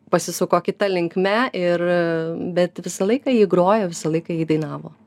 pasisuko kita linkme ir bet visą laiką ji grojo visą laiką ji dainavo